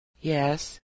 Yes